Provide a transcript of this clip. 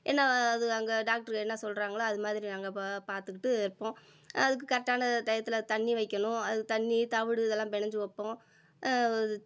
என்ன அது அங்கே டாக்டரு என்ன சொல்கிறாங்களோ அது மாதிரி நாங்கள் பா பார்த்துக்கிட்டு இருப்போம் அதுக்கு கரெக்டான டையத்தில் தண்ணி வைக்கணும் அதுக்கு தண்ணி தவிடு இதெல்லாம் பினஞ்சி வைப்போம் இது